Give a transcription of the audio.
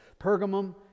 Pergamum